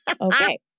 Okay